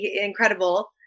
incredible